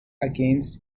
against